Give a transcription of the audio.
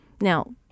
Now